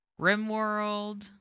Rimworld